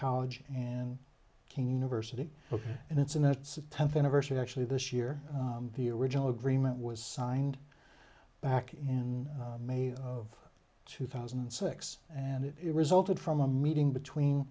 college and king university and it's and that's the tenth anniversary actually this year the original agreement was signed back in may of two thousand and six and it resulted from a meeting between